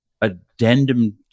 addendum